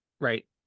right